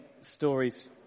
stories